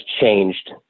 changed